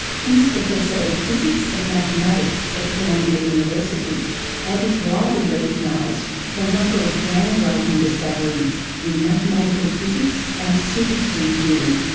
he is professor of physics and mathematics at columbia university and is widely recognised for a number of ground-breaking discoveries in mathematical physics and superstring theory.